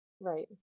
Right